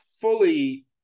fully